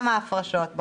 מה זה קשור?